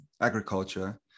agriculture